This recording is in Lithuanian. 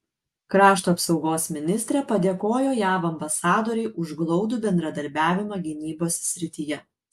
krašto apsaugos ministrė padėkojo jav ambasadorei už glaudų bendradarbiavimą gynybos srityje